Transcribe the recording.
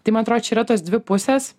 tai man atrodo čia yra tos dvi pusės